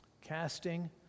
Casting